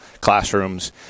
classrooms